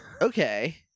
Okay